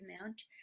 amount